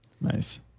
Nice